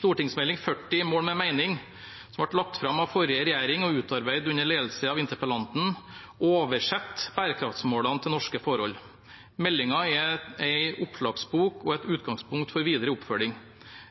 40 for 2020–2021, «Mål med mening», som ble lagt fram av forrige regjering og utarbeidet under ledelse av interpellanten, «oversetter» bærekraftsmålene til norske forhold. Meldingen er en oppslagsbok og et utgangspunkt for videre oppfølging.